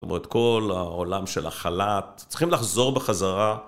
כל העולם של החל"ת, צריכים לחזור בחזרה.